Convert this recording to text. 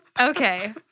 Okay